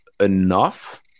enough